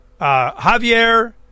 Javier